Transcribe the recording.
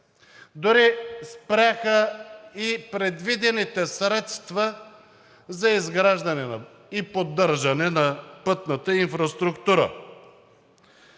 Дори спряха и предвидените средства за изграждане и поддържане на пътната инфраструктура.